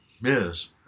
Yes